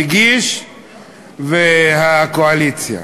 המגיש והקואליציה,